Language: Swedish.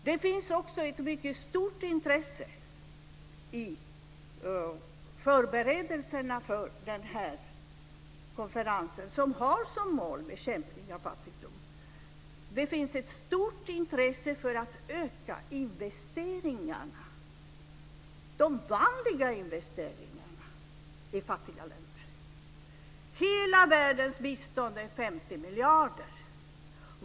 Det finns också ett mycket stort intresse i förberedelserna för den här konferensen, som har som mål att bekämpa fattigdom, för att öka investeringarna, de vanliga investeringarna, i fattiga länder. Hela världens bistånd är 50 miljarder.